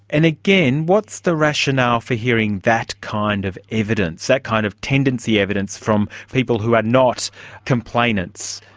and again, what's the rationale for hearing that kind of evidence, that kind of tendency evidence from people who are not complainants?